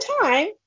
time